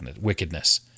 wickedness